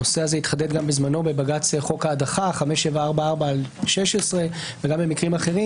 הנושא הזה התחדד גם בזמנו בבג"ץ חוק ההדחה 5744/16 וגם במקרים אחרים